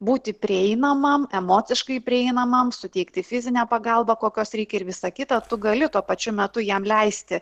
būti prieinamam emociškai prieinamam suteikti fizinę pagalbą kokios reik ir visa kita tu gali tuo pačiu metu jam leisti